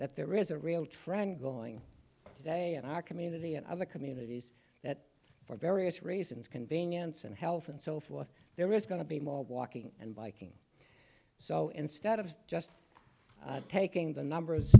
that there is a real trend going day in our community and other communities that for various reasons convenience and health and so forth there is going to be more walking and biking so instead of just taking the numbers